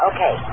Okay